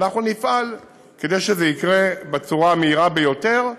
ואנחנו נפעל כדי שזה יקרה בצורה המהירה ביותר,